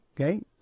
Okay